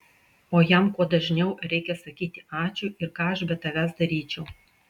o jam kuo dažniau reikia sakyti ačiū ir ką aš be tavęs daryčiau